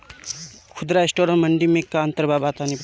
खुदरा स्टोर और मंडी में का अंतर बा तनी बताई?